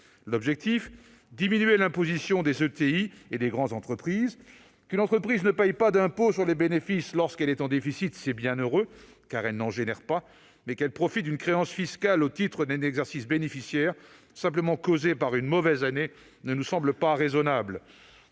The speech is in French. de taille intermédiaire et des grandes entreprises. Qu'une entreprise ne paye pas d'impôt sur les bénéfices lorsqu'elle est en déficit, c'est bien heureux, car elle n'en génère pas, mais qu'elle profite d'une créance fiscale au titre d'un exercice bénéficiaire du simple fait d'une mauvaise année, cela ne nous semble pas raisonnable.